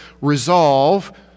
resolve